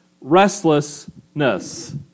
restlessness